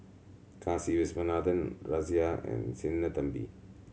Kasiviswanathan Razia and Sinnathamby